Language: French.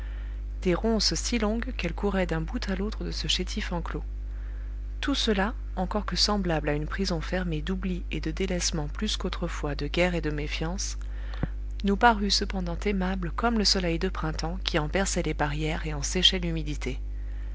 des ronces si longues qu'elles couraient d'un bout à l'autre de ce chétif enclos tout cela encore que semblable à une prison fermée d'oubli et de délaissement plus qu'autrefois de guerre et de méfiance nous parut cependant aimable comme le soleil de printemps qui en perçait les barrières et en séchait l'humidité